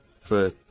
for-